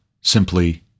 simply